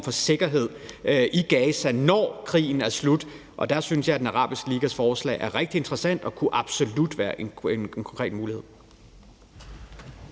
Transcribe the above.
for sikkerhed i Gaza, når krigen er slut. Og der synes jeg, at Den Arabiske Ligas forslag er rigtig interessant, og det kunne absolut være en konkret mulighed.